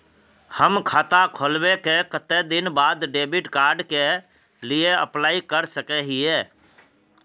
हम खाता खोलबे के कते दिन बाद डेबिड कार्ड के लिए अप्लाई कर सके हिये?